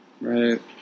Right